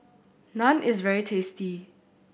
naan is very tasty